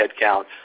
headcount